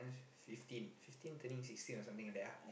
fifteen fifteen turning sixteen or something like that ah